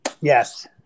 Yes